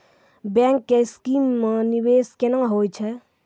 Bank के scheme मे निवेश केना होय छै?